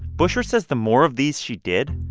bushra says the more of these she did,